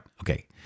Okay